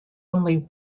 only